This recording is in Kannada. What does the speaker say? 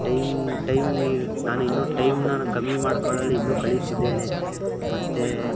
ಟೈಮ್ ಟೈಮಿ ನಾನಿನ್ನು ಟೈಮನ್ನು ಕಮ್ಮಿ ಮಾಡ್ಕೊಳ್ಳಲು ಇನ್ನೂ ಕಲಿಯುತ್ತಿದ್ದೇನೆ ಮತ್ತು